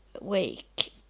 wake